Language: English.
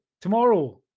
tomorrow